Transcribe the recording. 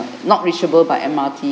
not reachable by M_R_T